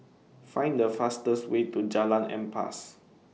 Find The fastest Way to Jalan Ampas